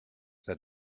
that